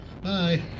Bye